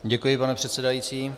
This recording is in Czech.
Děkuji, pane předsedající.